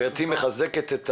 גברתי מחזקת,